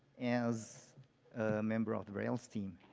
as a member of the rails team,